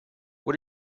what